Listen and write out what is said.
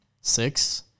six